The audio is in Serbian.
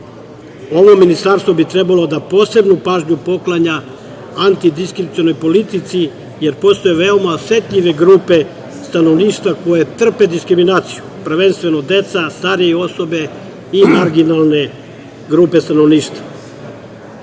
Ovo ministarstvo bi trebalo da posebnu pažnju poklanja antidiskrecionoj politici, jer postoje veoma osetljive grupe stanovništva, koje trpe diskriminaciju, prvenstveno deca, starije osobe i marginalne grupe stanovništva. Stavom